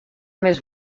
més